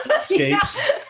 Escapes